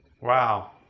Wow